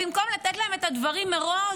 במקום לתת להם את הדברים מראש,